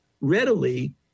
readily